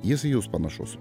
jis į jus panašus